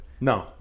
no